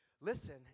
Listen